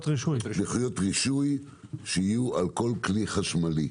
לוחיות רישוי שיהיו על כל כלי חשמלי.